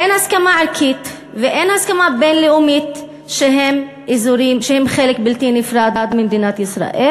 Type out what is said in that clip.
אין הסכמה ערכית ואין הסכמה בין-לאומית שהם חלק בלתי נפרד ממדינת ישראל.